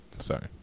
sorry